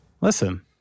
Listen